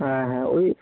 হ্যাঁ হ্যাঁ ওই